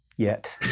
yet.